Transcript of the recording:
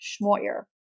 Schmoyer